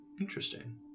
Interesting